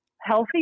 Healthy